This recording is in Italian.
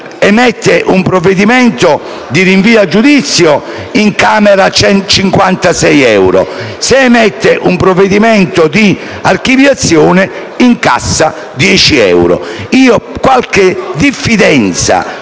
emette un provvedimento di rinvio a giudizio incamera circa 56 euro; se emette un provvedimento di archiviazione incassa 10 euro. Qualche diffidenza